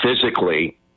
physically